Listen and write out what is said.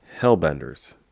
hellbenders